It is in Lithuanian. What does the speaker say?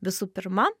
visų pirma